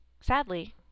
Sadly